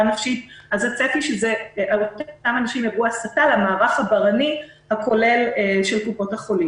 נפשית אז הצפי הוא שאותם אנשים יעברו הסטה למערך הכולל של קופות החולים.